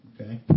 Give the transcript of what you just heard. Okay